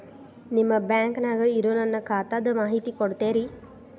ನಿಮ್ಮ ಬ್ಯಾಂಕನ್ಯಾಗ ಇರೊ ನನ್ನ ಖಾತಾದ ಮಾಹಿತಿ ಕೊಡ್ತೇರಿ?